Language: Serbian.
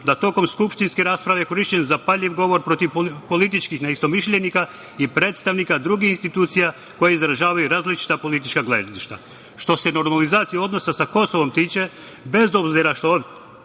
da tokom skupštinske rasprave je korišćen zapaljiv govor protiv političkih neistomišljenika i predstavnika drugih institucija koji izražavaju različita politička gledišta. Što se normalizacije odnosa sa Kosovom tiče, bez obzira što ovde